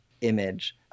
image